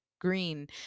green